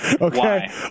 Okay